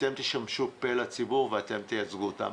כולכם תשמשו פה לציבור ואתם תייצגו אותו.